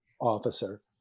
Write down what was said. officer